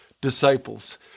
disciples